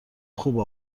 خوب